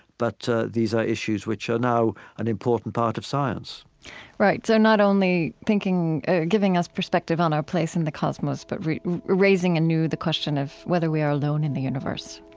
but these are issues which are now an important part of science right. so not only thinking giving us perspective on our place in the cosmos, but raising anew the question of whether we are alone in the universe?